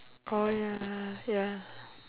oh ya ya